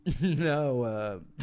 no